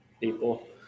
people